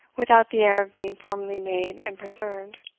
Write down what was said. without the air of being formally made and preserved.